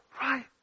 right